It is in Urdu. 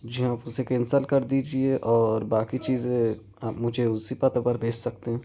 جی ہاں آپ اسے کینسل کردیجیے اور باقی چیزیں آپ مجھے اُسی پتہ پر بھیج سکتے